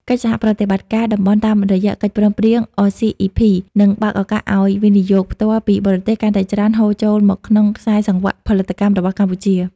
កិច្ចសហប្រតិបត្តិការតំបន់តាមរយៈកិច្ចព្រមព្រៀង RCEP នឹងបើកឱកាសឱ្យ វិនិយោគផ្ទាល់ពីបរទេស កាន់តែច្រើនហូរចូលមកក្នុងខ្សែសង្វាក់ផលិតកម្មរបស់កម្ពុជា។